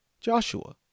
Joshua